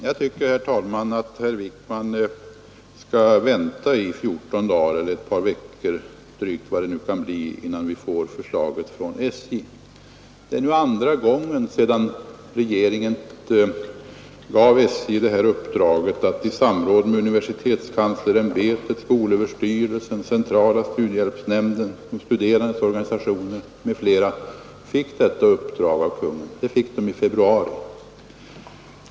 Herr talman! Jag tycker att herr Wijkman skall ge sig till tåls ett par veckor. Regeringen gav i februari i år SJ uppdraget att i samråd med universitetskanslersämbetet, skolöverstyrelsen, centrala studiehjälpsnämnden, de studerandes organisationer m.fl. utarbeta ett nytt förslag.